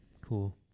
Cool